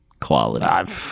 quality